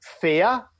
fear